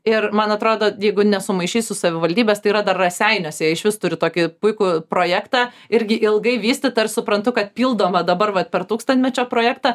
ir man atrodo jeigu nesumaišysiu savivaldybes tai yra dar raseiniuose išvis turiu tokį puikų projektą irgi ilgai vystytą ir suprantu kad pildoma dabar vat per tūkstantmečio projektą